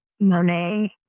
Monet